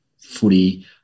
footy